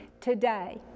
today